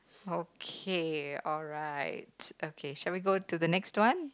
okay alright okay shall we go to the next one